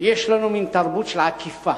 יש לנו מין תרבות של עקיפה.